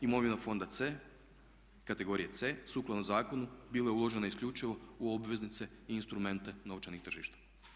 Imovina fonda C kategorije C sukladno zakonu bilo je uložena isključivo u obveznice i instrumente novčanih tržišta.